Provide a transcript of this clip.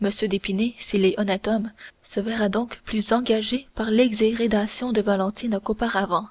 m d'épinay s'il est honnête homme se verra encore plus engagé par l'exhérédation de valentine qu'auparavant